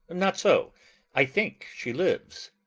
not so i think she lives.